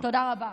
תודה רבה.